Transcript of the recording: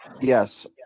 Yes